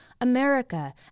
America